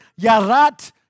Yarat